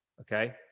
Okay